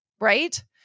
right